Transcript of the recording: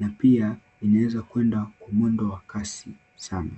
na pia linaweza kuenda kwa mwendo wa kasi sana.